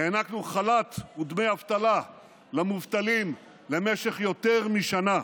הענקנו חל"ת ודמי אבטלה למובטלים למשך יותר משנה,